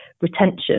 retention